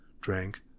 drank